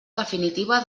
definitiva